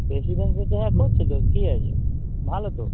president ও তো হ্যাঁ করছে তো কী হয়েছে ভালো তো